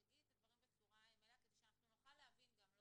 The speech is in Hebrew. תגידי את הדברים בצורה מלאה כדי שאנחנו נוכל להבין גם,